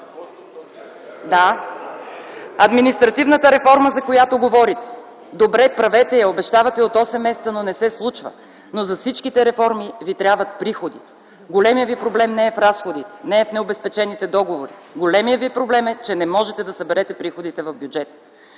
Административната реформа, за която говорите – добре, правете я. Обещавате от 8 месеца, но не се случва. За всичките реформи ви трябват приходи. Големият Ви проблем не е в разходите, не е в обезпечените договори. Големият Ви проблем е, че не можете да съберете приходите в бюджета.